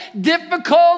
difficult